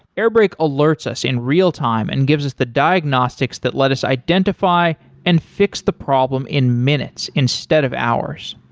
airbrake alerts us in real-time and gives us the diagnostics that let us identify and fix the problem in minutes, instead of hours.